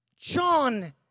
John